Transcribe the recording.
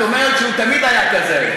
את אומרת שהוא תמיד היה כזה.